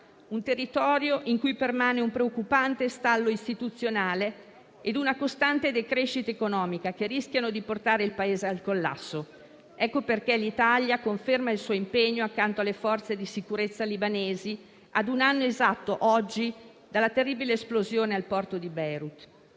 un territorio in cui permangono un preoccupante stallo istituzionale ed una costante decrescita economica, che rischiano di portare il Paese al collasso. Ecco perché l'Italia conferma il suo impegno accanto alle forze di sicurezza libanesi ad un anno esatto, oggi, dalla terribile esplosione al porto di Beirut.